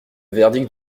verdict